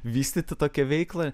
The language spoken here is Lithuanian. vystyti tokią veiklą